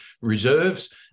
reserves